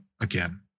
again